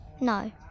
No